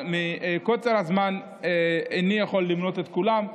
מקוצר הזמן איני יכול למנות את כולם.